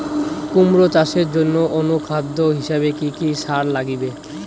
কুমড়া চাষের জইন্যে অনুখাদ্য হিসাবে কি কি সার লাগিবে?